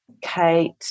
Kate